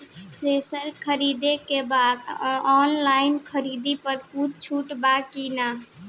Thresher खरीदे के बा ऑनलाइन खरीद पर कुछ छूट बा कि न?